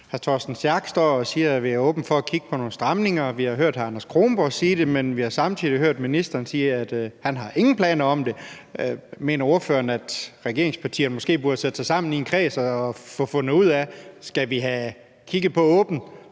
Pedersen står og siger, at han er åben for at kigge på nogle stramninger – og vi har hørt hr. Anders Kronborg sige det samme, men vi har samtidig hørt ministeren sige, at han ingen planer har om det – mener ordføreren så, at regeringspartierne måske burde sætte sig sammen i en kreds og få fundet ud af, om man skal kigge åbent